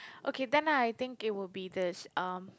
okay then I think it would be this um